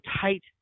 tight